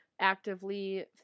Actively